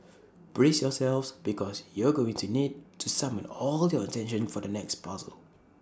brace yourselves because you're going to need to summon all your attention for the next puzzle